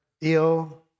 ill